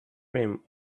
rim